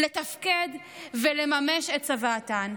לתפקד ולממש את צוואתן.